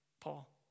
Paul